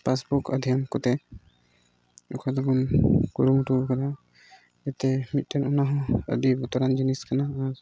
passbook ᱟᱫᱷᱮᱱ ᱠᱚᱨᱮᱜ ᱮᱠᱷᱚᱡ ᱫᱚᱵᱚᱱ ᱠᱩᱨᱩᱢᱩᱴᱩ ᱠᱟᱫᱟ ᱡᱟᱛᱮ ᱢᱤᱫᱴᱷᱮᱱ ᱚᱱᱟ ᱦᱚᱸ ᱟᱹᱰᱤ ᱵᱚᱛᱚᱨᱟᱱ ᱡᱤᱱᱤᱥ ᱠᱟᱱᱟ ᱟᱨ